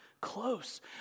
close